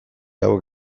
hauek